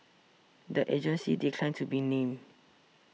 the agencies declined to be named